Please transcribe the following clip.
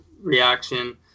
reaction